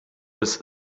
des